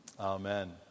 Amen